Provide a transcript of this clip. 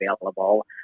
available